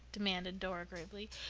demanded dora gravely,